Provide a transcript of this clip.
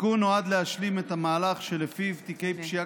התיקון נועד להשלים את המהלך שבו תיקי פשיעה